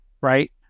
right